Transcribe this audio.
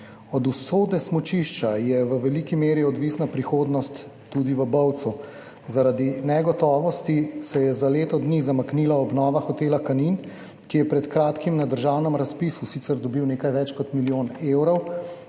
Od usode smučišča je v veliki meri odvisna tudi prihodnost v Bovcu. Zaradi negotovosti se je za leto dni zamaknila obnova hotela Kanin, ki je pred kratkim na državnem razpisu sicer dobil nekaj več kot milijon evrov